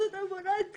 וכרגע הם לא זכאים.